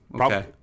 okay